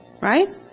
Right